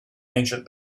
ancient